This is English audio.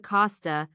Costa